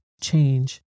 change